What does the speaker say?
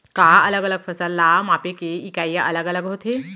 का अलग अलग फसल ला मापे के इकाइयां अलग अलग होथे?